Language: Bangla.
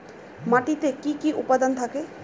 মাটিতে কি কি উপাদান থাকে?